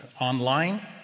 online